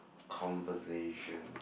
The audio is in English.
conversation